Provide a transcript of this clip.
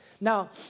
Now